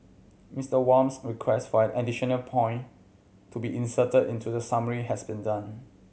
Mister Wham's request for an additional point to be inserted into the summary has been done